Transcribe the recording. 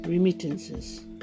Remittances